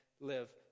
live